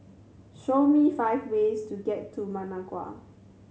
show me five ways to get to Managua